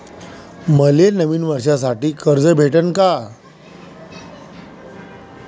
मले नवीन वर्षासाठी कर्ज भेटन का?